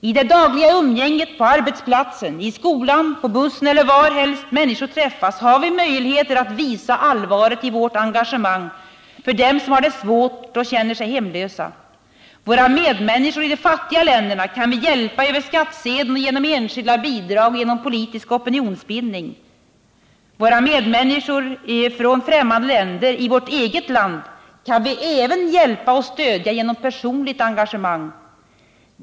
I det dagliga umgänget på arbetsplatsen, i skolan, på bussen eller varhelst människor träffas har vi möjligheter att visa allvaret i vårt engagemang för dem som har det svårt och känner sig hemlösa. Våra medmänniskor i de fattiga länderna kan vi hjälpa över skattsedeln, genom enskilda bidrag och genom politisk opinionsbildning. Våra medmänniskor från främmande länder i vårt eget land kan vi även hjälpa och stödja genom personligt engagemang.